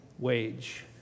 wage